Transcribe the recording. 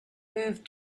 moved